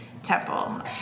temple